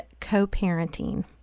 co-parenting